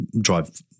drive